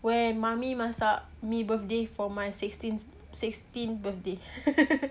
where mummy masak me birthday for my sixteenth sixteenth birthday